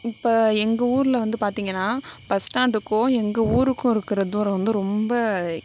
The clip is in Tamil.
இப்போ எங்கள் ஊரில் வந்து பார்த்தீங்கன்னா பஸ் ஸ்டாண்டுக்கும் எங்கள் ஊருக்கும் இருக்கிற தூரம் வந்து ரொம்ப